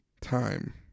time